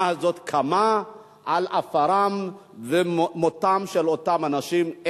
הזאת קמה על עפרם ומותם של אותם אנשים,